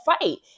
fight